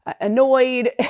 annoyed